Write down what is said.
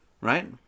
right